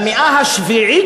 במאה השביעית,